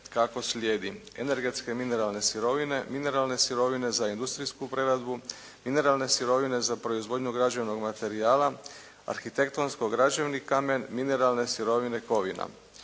kako slijedi: energetske mineralne sirovine, mineralne sirovine za industrijsku preradbu, mineralne sirovine za proizvodnju građevnog materijala, arhitektonsko-građevni kamen, mineralne sirovine kovina.